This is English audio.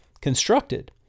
constructed